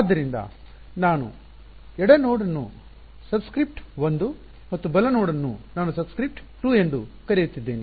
ಆದ್ದರಿಂದ ನಾವು ಎಡ ನೋಡ್ ಅನ್ನು ಸಬ್ಸ್ಕ್ರಿಪ್ಟ್ 1 ಮತ್ತು ಬಲ ನೋಡ್ ಅನ್ನು ನಾನು ಸಬ್ಸ್ಕ್ರಿಪ್ಟ್ 2 ಎಂದು ಕರೆಯುತ್ತಿದ್ದೇನೆ